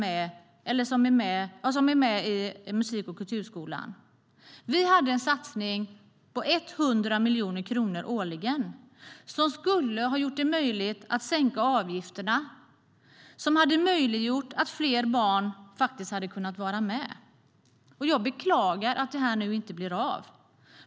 Vi hade en satsning på 100 miljoner kronor årligen, som skulle ha möjliggjort att sänka avgifterna för att fler barn skulle ha kunnat vara med. Jag beklagar att det här nu inte blir av.